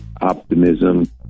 optimism